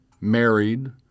married